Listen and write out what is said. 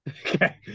Okay